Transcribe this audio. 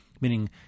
meaning